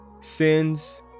sins